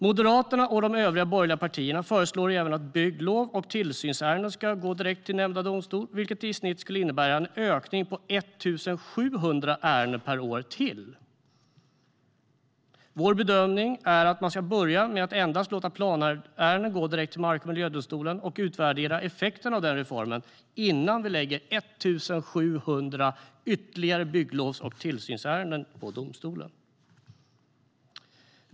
Moderaterna och de övriga borgerliga partierna föreslår även att bygglov och tillsynsärenden ska gå direkt till nämnda domstol, vilket i snitt skulle innebära en ökning på ytterligare 1 700 ärenden per år. Vår bedömning är att man ska börja med att endast låta planärenden gå direkt till mark och miljödomstolen och utvärdera effekterna av den reformen innan vi lägger ytterligare 1 700 bygglovs och tillsynsärenden på domstolen.